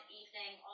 evening